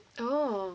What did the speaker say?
oh